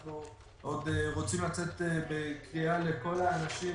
אנחנו עוד רוצים לצאת בקריאה לכל האנשים